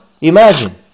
imagine